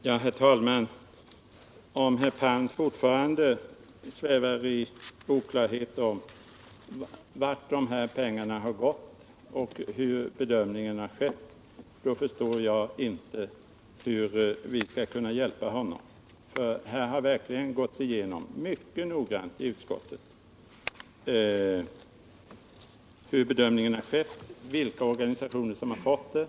Herr talman! Om herr Palm fortfarande svävar i oklarhet om vart de här pengarna har gått och hur bedömningen har skett, då förstår jag inte hur vi skall kunna hjälpa honom. Utskottet har verkligen mycket noga gått igenom hur bedömningen har skett och vilka organisationer pengarna gått till.